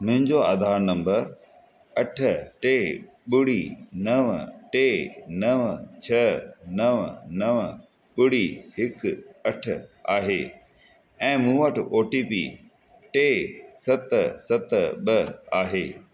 मुहिंजो आधार नंबर अठ टे ॿुड़ी नव टे नव छ नव नव ॿुड़ी हिकु अठ आहे ऐं मूं वटि ओ टी पी टे सत सत ॿ आहे